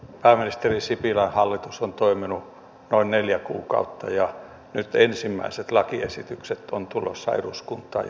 pääministeri sipilän hallitus on toiminut noin neljä kuukautta ja nyt ensimmäiset lakiesitykset ja tämä budjettiesitys ovat tulossa eduskuntaan